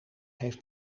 heeft